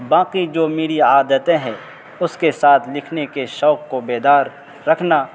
باقی جو میری عادتیں ہیں اس کے ساتھ لکھنے کے شوق کو بیدار رکھنا